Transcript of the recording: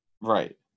Right